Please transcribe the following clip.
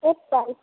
एकटा अछि